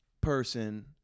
person